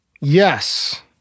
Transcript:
Yes